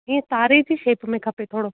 इअं तारे जी शेप में खपे थोरो